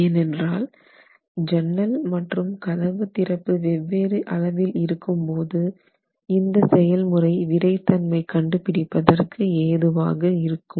ஏனென்றால் ஜன்னல் மற்றும் கதவு திறப்பு வெவ்வேறு அளவில் இருக்கும்போது இந்த செயல்முறை விறை தன்மை கண்டுபிடிப்பதற்கு ஏதுவாக இருக்கும்